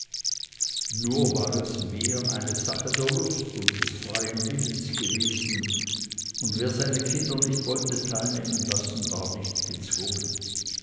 nur war es mehr eine sache der lust und des freien willens gewesen und wer seine kinder nicht wollte teilnehmen lassen war nicht gezwungen